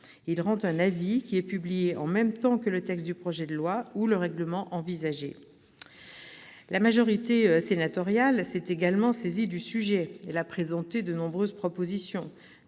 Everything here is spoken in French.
Il rend un avis qui est publié en même temps que le texte du projet de loi ou de règlement envisagé. La majorité sénatoriale s'est également saisie du sujet et a présenté de nombreuses propositions.